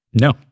No